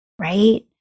right